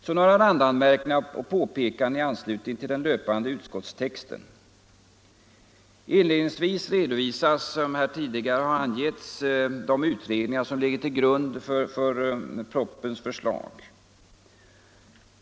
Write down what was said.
Så några randanmärkningar och påpekanden i anslutning till den löpande utskottstexten. Inledningsvis redovisas, som här tidigare har angetts, de utredningar som ligger till grund för propositionen.